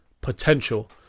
potential